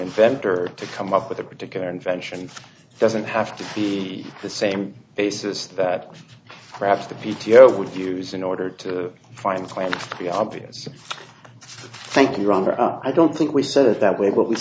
inventor to come up with a particular invention doesn't have to be the same basis that perhaps the p t o would use in order to find quite the obvious thank you i don't think we said it that way what we